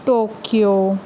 Tokyo